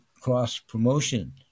cross-promotion